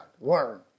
Learn